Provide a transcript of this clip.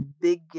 big